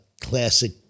classic